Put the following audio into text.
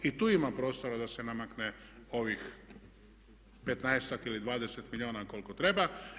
I tu ima prostora da se namakne ovih 15-ak ili 20 milijuna koliko treba.